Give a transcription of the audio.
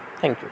thank you